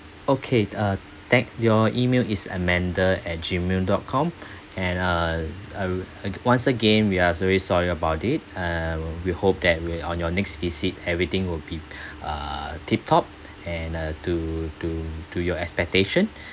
okay uh thank your email is amanda at gmail dot com and uh uh uh once again we are very sorry about it uh we hope that with on your next visit everything will be uh tip top and uh to to to your expectation